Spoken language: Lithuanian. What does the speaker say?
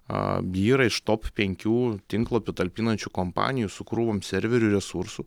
aa ji yra iš top penkių tinklapių talpinančių kompanijų su krūvom serverių resursų